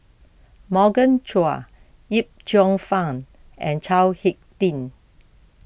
Morgan Chua Yip Cheong Fun and Chao Hick Tin